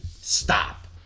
stop